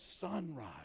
sunrise